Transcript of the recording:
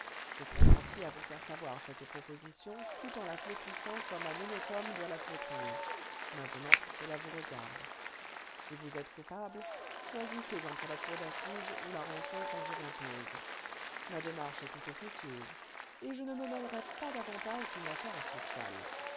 j'ai consenti à vous faire savoir cette proposition tout en la flétrissant comme un honnête homme doit la flétrir maintenant cela vous regarde si vous êtes coupable choisissez entre la cour d'assises ou la rançon qu'on vous impose ma démarche est tout officieuse et je ne me mêlerai pas davantage d'une affaire aussi sale